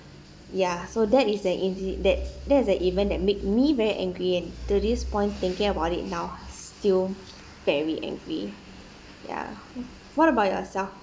ya so that is the inci~ that that is the event that made me very angry and to this point thinking about it now still very angry ya what about yourself